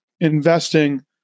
investing